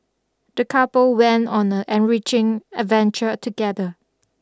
the couple went on a enriching adventure together